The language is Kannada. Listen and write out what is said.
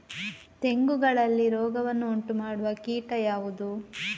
ತೆಂಗುಗಳಲ್ಲಿ ರೋಗವನ್ನು ಉಂಟುಮಾಡುವ ಕೀಟ ಯಾವುದು?